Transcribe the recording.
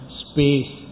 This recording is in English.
space